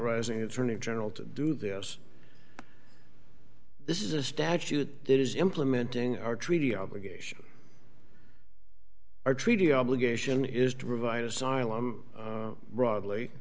rising attorney general to do this this is a statute that is implementing our treaty obligations our treaty obligation is to provide asylum broadly